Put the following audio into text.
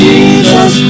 Jesus